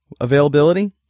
availability